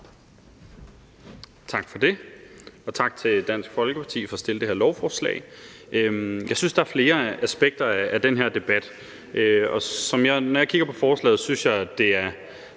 Tak for det, og tak til Dansk Folkeparti for at fremsætte det her beslutningsforslag. Jeg synes, at der er flere aspekter af den her debat, og når jeg kigger på forslaget, synes jeg, at det er